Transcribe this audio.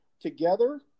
together